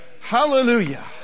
Hallelujah